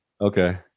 okay